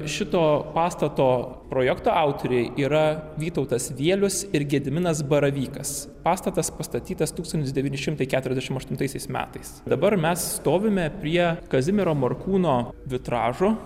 šito pastato projekto autoriai yra vytautas vielius ir gediminas baravykas pastatas pastatytas tūkstantis devyni šimtai keturiasdešim aštuntaisiais metais dabar mes stovime prie kazimiero morkūno vitražo